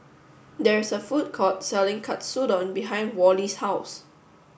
there is a food court selling Katsudon behind Worley's house